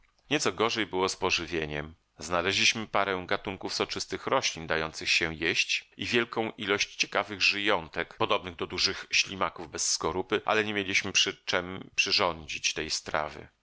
nieco gorzej było z pożywieniem znaleźliśmy parę gatunków soczystych roślin dających się jeść i wielką ilość ciekawych żyjątek podobnych do dużych ślimaków bez skorupy ale nie mieliśmy przy czem przyrządzić tej strawy